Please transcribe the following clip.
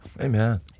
Amen